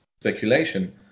speculation